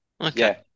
Okay